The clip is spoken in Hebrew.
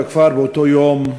בכפר באותו היום,